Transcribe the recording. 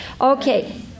Okay